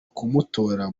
kumutora